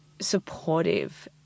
supportive